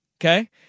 okay